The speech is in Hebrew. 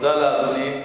תודה לאדוני.